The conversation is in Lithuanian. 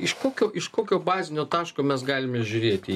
iš kokio iš kokio bazinio taško mes galime žiūrėt į